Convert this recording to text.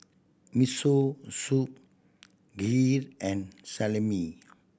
Miso Soup Kheer and Salami